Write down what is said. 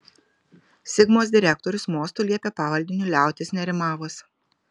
sigmos direktorius mostu liepė pavaldiniui liautis nerimavus